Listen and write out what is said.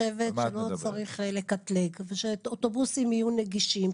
אני חושבת שלא צריך לקטלג שאוטובוסים יהיו נגישים,